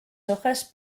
hojas